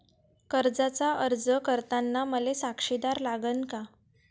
कर्जाचा अर्ज करताना मले साक्षीदार लागन का?